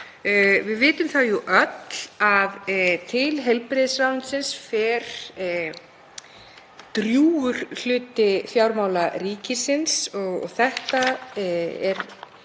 Við vitum það jú öll að til heilbrigðisráðuneytisins fer drjúgur hluti fjármuna ríkisins og þetta er